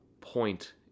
point